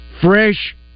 fresh